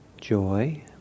joy